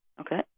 Okay